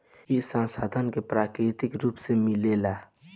ई संसाधन के प्राकृतिक रुप से मिलेला